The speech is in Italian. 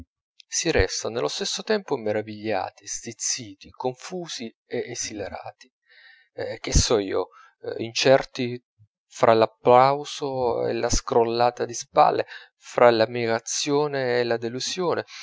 si resta nello stesso tempo meravigliati stizziti confusi e esilarati che so io incerti fra l'applauso e la scrollata di spalle fra l'ammirazione e la delusione